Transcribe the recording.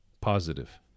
positive